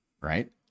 right